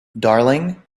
darling